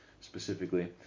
specifically